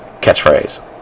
catchphrase